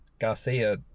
Garcia